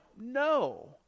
No